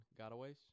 gotaways